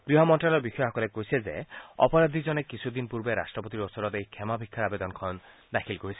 গৃহ মন্ত্যালয়ৰ বিষয়াসকলে কৈছে যে অপৰাধীজনে কিছুদিন পূৰ্বে ৰাট্টপতিৰ ওচৰত এই ক্ষমা ভিক্ষাৰ আৱেদনখন দাখিল কৰিছিল